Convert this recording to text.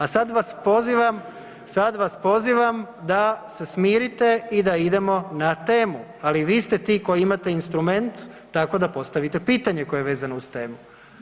A sad vas pozivam, sad vas pozivam da se smirite i da idemo na temu, ali vi ste ti koji imate instrument tako da postavite pitanje koje je vezano uz temu.